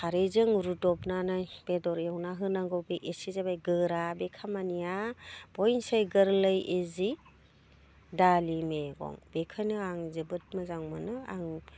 खारैजों रुदबनानै बेदर एवना होनांगौ बे एसे जाबाय गोरा बे खामानिया बयनिसाय गोरलै इजि दालि मैगं बेखायनो आं जोबोद मोजां मोनो आं